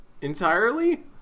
entirely